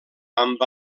amb